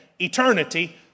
eternity